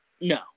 no